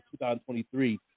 2023